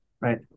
right